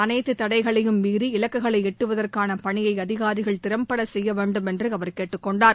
அனைத்து தடைகளையும் மீறி இலக்குகளை எட்டுவதற்கான பணியை அதிகாரிகள் திறம்பட செய்யவேண்டும் என்று அவர் கேட்டுக்கொண்டார்